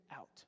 out